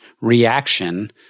reaction